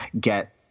get